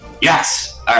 Yes